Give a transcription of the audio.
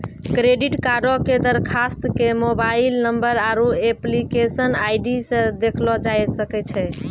credit कार्डो के दरखास्त के मोबाइल नंबर आरु एप्लीकेशन आई.डी से देखलो जाय सकै छै